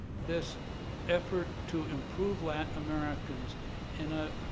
this effort to improve latin americans in a